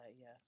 yes